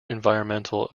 environmental